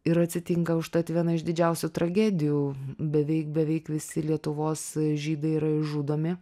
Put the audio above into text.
ir atsitinka užtat viena iš didžiausių tragedijų beveik beveik visi lietuvos žydai yra išžudomi